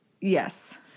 Yes